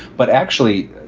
but actually,